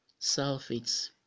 sulfates